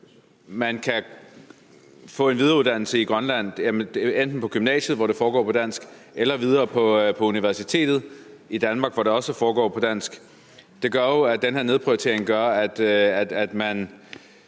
man kan få en videreuddannelse i Grønland, enten på gymnasiet, hvor det foregår på dansk, eller på universitetet i Danmark, hvor det også foregår på dansk, så gør den her nedprioritering jo, at man